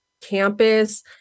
campus